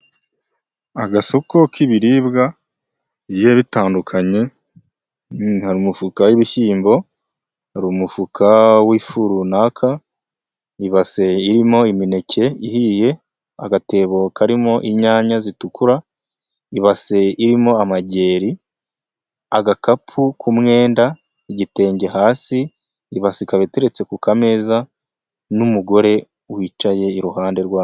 Agasoko k'ibiribwa bigiye bitandukanye hari umufuka w'ibishyimbo, hari umufuka w'ifu runaka, ibaseye irimo imineke ihiye, agatebo karimo inyanya zitukura, ibase irimo amageri, agakapu k'umwenda, igitenge hasi, ibasi ikaba iteretse ku kameza n'umugore wicaye iruhande rwayo.